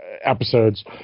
episodes